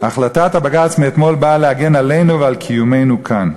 "החלטת הבג"ץ מאתמול באה להגן עלינו ועל קיומנו כאן"